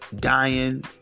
dying